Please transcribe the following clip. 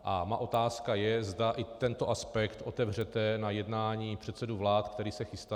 A má otázka je, zda i tento aspekt otevřete na jednání předsedů vlád, které se chystá.